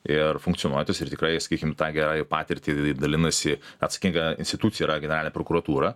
ir funkcionuojantis ir tikrai sakykim tą gerąją patirtį dalinasi atsakinga institucija yra generalinė prokuratūra